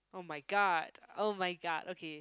oh-my-god oh-my-god okay